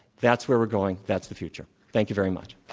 that's where we're going. that's the future. thank you very much.